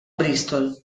bristol